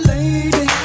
Lady